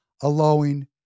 allowing